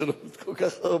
יש לנו עוד כל כך הרבה,